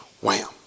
wham